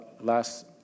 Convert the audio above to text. last